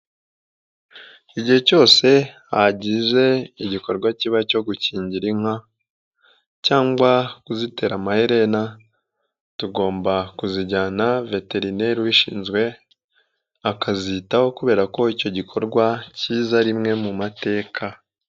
Igihe cyose hagize igikorwa kiba cyo gukingira inka cyangwa kuzitera amaherena, tugomba kuzijyana veterineri ubishinzwe akazitaho kubera ko icyo gikorwa cyiza rimwe mu mateka.